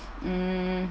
um